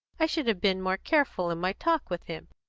i should have been more careful in my talk with him.